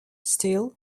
steel